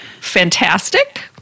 Fantastic